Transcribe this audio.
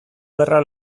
gerra